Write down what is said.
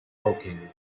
woking